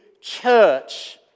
church